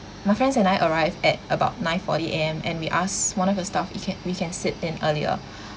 my friends and I arrived at about nine forty A_M and we ask one of the staff we can we can sit in earlier